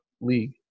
league